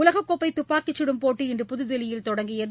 உலக கோப்பை துப்பாக்கிச் சுடும் போட்டி இன்று புததில்லியில் தொடங்கியது